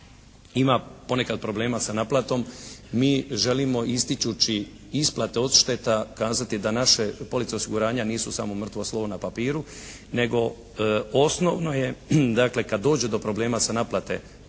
ima ponekad problema sa naplatom. Mi želimo ističući isplate odšteta kazati da naše police osiguranja nisu samo mrtvo slovo na papiru nego osnovno je dakle, kada dođe do problema sa naplate